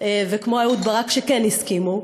וכמו אהוד ברק שכן הסכימו,